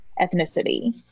ethnicity